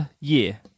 year